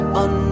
on